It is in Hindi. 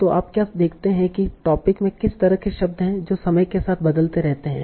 तो आप क्या देखते हैं कि टोपिक में किस तरह के शब्द हैं जो समय के साथ बदलते रहते हैं